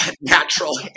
natural